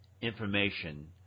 information